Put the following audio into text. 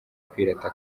kwirata